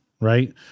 Right